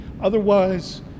Otherwise